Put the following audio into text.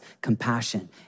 compassion